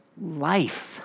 life